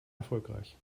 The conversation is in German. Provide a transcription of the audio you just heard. erfolgreich